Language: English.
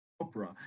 opera